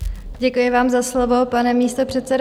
Děkuji vám za slovo, pane místopředsedo.